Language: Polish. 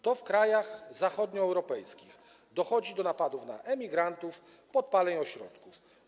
To w krajach zachodnioeuropejskich dochodzi do napadów na emigrantów, podpaleń ośrodków.